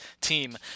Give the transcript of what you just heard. team